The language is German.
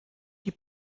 die